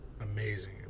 amazing